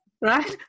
right